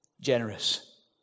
generous